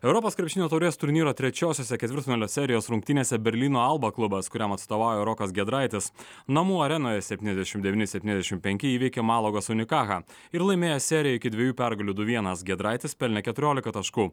europos krepšinio taurės turnyro trečiosiose ketvirtfinalio serijos rungtynėse berlyno alba klubas kuriam atstovauja rokas giedraitis namų arenoje septyniasdešim devyni septyniasdšimt penki įveikė malagos unikaha ir laimėjo seriją iki dviejų pergalių du vienas giedraitis pelnė keturiolika taškų